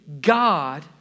god